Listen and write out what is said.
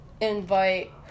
invite